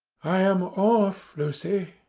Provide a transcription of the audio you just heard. i am off, lucy,